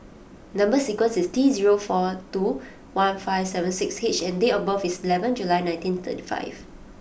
number sequence is T zero four two one five seven six H and date of birth is eleven July nineteen thirty five